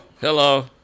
Hello